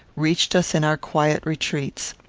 reached us in our quiet retreats.